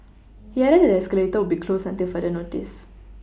he added that the escalator would be closed until further notice